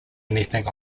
anything